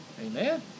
Amen